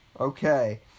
Okay